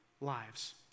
lives